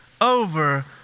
over